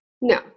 No